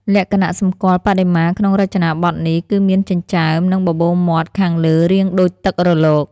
លក្ខណៈសម្គាល់បដិមាក្នុងរចនាបថនេះ គឺមានចិញ្ចើម និងបបូរមាត់ខាងលើរាងដូចទឹករលក។